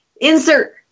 insert